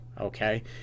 Okay